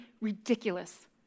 ridiculous